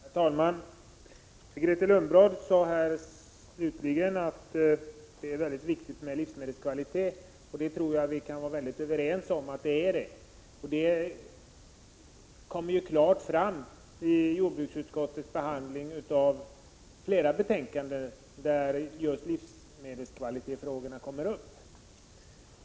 Herr talman! Grethe Lundblad sade avslutningsvis att frågan om livsmedlens kvalitet är väldigt viktig. Att det är någonting som vi kan vara överens om framgår klart av flera betänkanden från jordbruksutskottet där sådana frågor behandlas.